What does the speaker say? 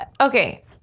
okay